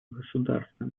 государствами